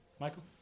Michael